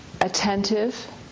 attentive